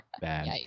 Bad